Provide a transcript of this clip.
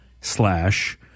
slash